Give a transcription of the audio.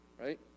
right